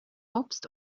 obst